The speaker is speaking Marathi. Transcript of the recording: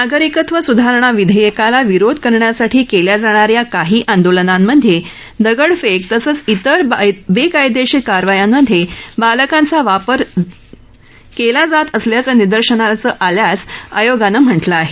नागरिकत्व स्धारणा विधेयकाला विरोध करण्यासाठी केल्या जाणा या काही आंदालनामधे दगडफेक तसंच इतर बेकायदेशीर कारवायांमधे बालकांचा वापर केला जात असल्याचं निदर्शनाला आल्याचं आयोगानं म्हटलं आहे